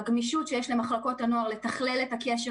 הגמישות שיש למחלקות הנוער בלתכלל את הקשר